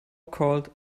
called